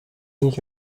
ich